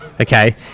okay